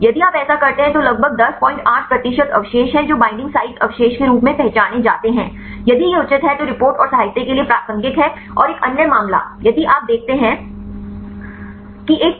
यदि आप ऐसा करते हैं तो लगभग 108 प्रतिशत अवशेष हैं जो बईंडिंग साइटों अवशेषों के रूप में पहचाने जाते हैं यदि यह उचित है तो रिपोर्ट और साहित्य के लिए प्रासंगिक है और एक अन्य मामला यदि आप देखते हैं कि एक पीक है